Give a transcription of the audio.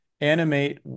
animate